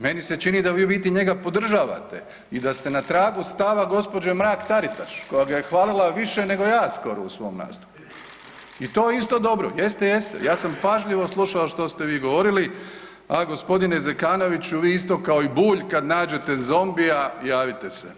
Meni se čini da vi u biti njega podržavate i da ste na tragu stava gospođe Mrak Taritaš koja ga je hvalila više nego ja skoro u svom nastupu i to je isto dobro, jeste, jeste, ja sam pažljivo slušao što ste vi govorili, a gospodine Zekanoviću vi isto kao i Bulj kad nađete zombija javite se.